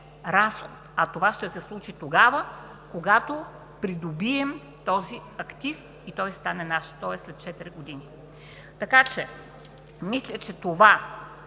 разход. Това ще се случи тогава, когато придобием този актив и той стане наш. Тоест след четири години. Така че, мисля, че това